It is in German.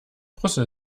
brüssel